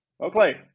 okay